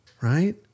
right